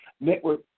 network